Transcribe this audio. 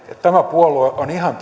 puolue on ihan